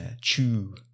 Chew